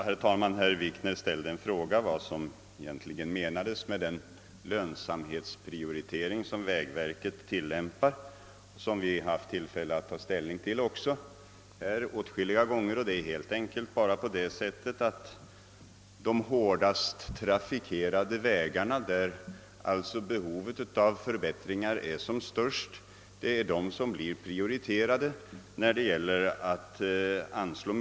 Herr talman! Herr Wikner ställde en fråga om vad som egentligen menas med den lönsamhetsprioritering som vägverket tillämpar och som vi här haft tillfälle att ta ställning till åtskilliga gånger. Det är helt enkelt så att de hårdast trafikerade vägarna, där alltså behovet av förbättringar är störst, blir prioriterade när medel anslås.